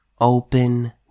open